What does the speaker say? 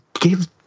give